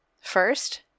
First